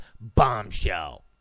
bombshell